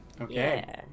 Okay